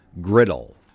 griddle